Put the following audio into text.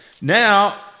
now